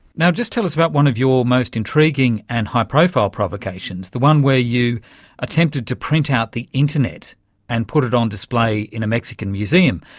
now, just tell us about one of your most intriguing and high profile provocations, the one where you attempted to print out the internet and put it on display in a mexican museum.